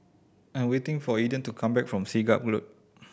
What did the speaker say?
I am waiting for Eden to come back from Siglap Road